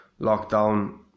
lockdown